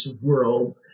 world